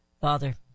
Father